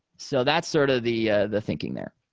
so that's sort of the the thinking there.